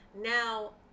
now